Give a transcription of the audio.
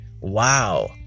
Wow